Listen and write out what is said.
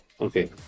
okay